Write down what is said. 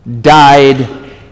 died